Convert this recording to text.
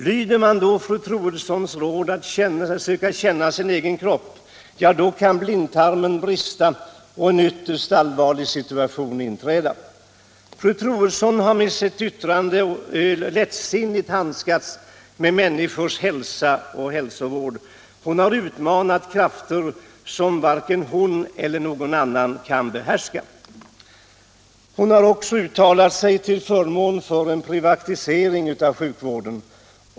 Lyder man då fru Troedssons råd att söka lära känna sin egen kropp, kan blindtarmen brista och en ytterligt allvarlig situation inträda. Fru Troedsson har med sitt yttrande lättsinnigt handskats med människors hälsa och hälsovård. Hon har utmanat krafter som varken hon eller någon annan behärskar. Hon har också uttalat sig till förmån för en ökad privatisering av den svenska sjukvården.